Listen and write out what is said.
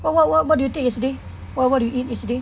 what what what what do you take yesterday what do you eat yesterday